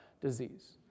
disease